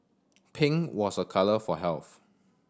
pink was a colour for health